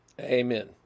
Amen